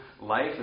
life